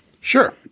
Sure